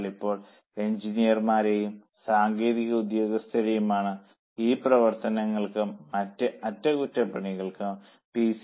എന്നാൽ ഇപ്പോൾ എന്ജിനീയര്മാരെയും സാങ്കേതിക ഉദ്യോഗസ്ഥരെയും ആണ് ഈ പ്രവർത്തനങ്ങൾക്കും മറ്റ് അറ്റകുറ്റപ്പണികൾക്കും പി